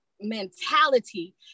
mentality